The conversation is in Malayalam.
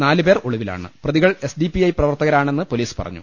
നാലു പേർ ഒളിവിലാണ് പ്രതികൾ എസ്ഡിപിഐ പ്രവർത്തകരാണെന്ന് പൊലീസ് പറഞ്ഞു